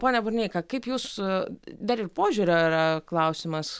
pone burneika kaip jūs dar ir požiūrio yra klausimas